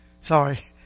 sorry